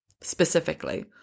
specifically